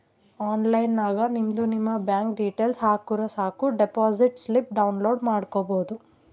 online ನಾಗ್ ನಿಮ್ದು ನಿಮ್ ಬ್ಯಾಂಕ್ ಡೀಟೇಲ್ಸ್ ಹಾಕುರ್ ಸಾಕ್ ಡೆಪೋಸಿಟ್ ಸ್ಲಿಪ್ ಡೌನ್ಲೋಡ್ ಮಾಡ್ಕೋಬೋದು